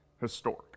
historic